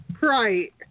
Right